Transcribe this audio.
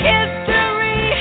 History